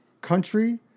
country